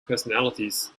personalities